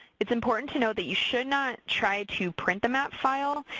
it's important to note that you should not try to print the map file.